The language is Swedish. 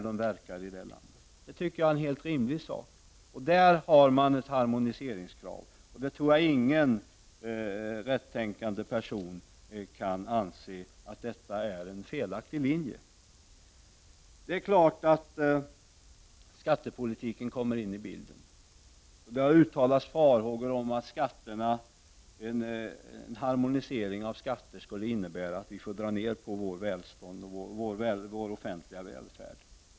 Detta tycker jag är helt rimligt. Här finns det ett harmoniseringskrav, och jag tror att ingen rättänkande person anser att detta är en felaktig inställning. Det är klart att skattepolitiken kommer in i bilden. Farhågor har uttalats om att en harmonisering av skatterna skulle innebära att vi får lov att dra ned på vårt välstånd och på vår offentliga välfärd.